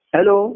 Hello